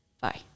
Bye